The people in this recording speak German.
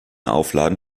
aufladen